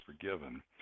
forgiven